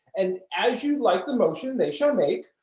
and as you like the motion they shall make,